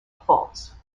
faults